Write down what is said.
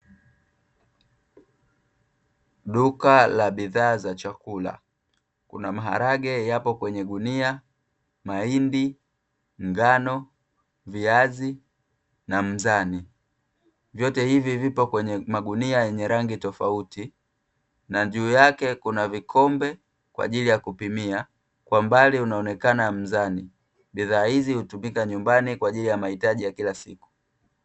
Duka la bidhaa za chakula, kuna maharage yapo kwenye gunia, mahindi, ngano, viazi na mzani. Vyote hivi vipo kwenye magunia yenye rangi tofauti na juu yake kuna vikombe kwaajili ya kupimia, kwa mbali unaonekana mzani, bidhaa hizi hutumika nyumbani kwaajili ya mahitaji ya kila siku.